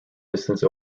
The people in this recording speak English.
distance